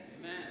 Amen